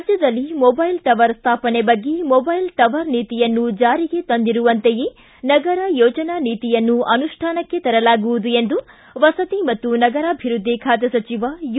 ರಾಜ್ಞದಲ್ಲಿ mobile tower ಸ್ಥಾಪನೆ ಬಗ್ಗೆ ಮೊದೈಲ್ ಟವರ್ ನೀತಿಯನ್ನು ಜಾರಿಗೆ ತಂದಿರುವಂತೆಯೇ ನಗರ ಯೋಜನಾ ನೀತಿಯನ್ನು ಅನುಷ್ಠಾನಕ್ಕೆ ತರಲಾಗುವುದು ಎಂದು ವಸತಿ ಮತ್ತು ನಗರಾಭಿವೃದ್ಧಿ ಖಾತೆ ಸಚಿವ ಯು